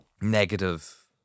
negative